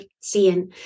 seeing